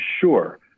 sure